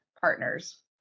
partners